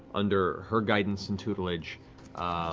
under her guidance and tutelage,